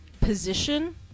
position